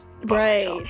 right